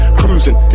cruising